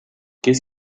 qu’est